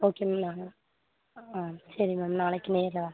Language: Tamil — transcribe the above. ஓகே நாங்கள் ஆ சரி மேம் நாளைக்கு நேரில் வரேன்